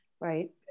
Right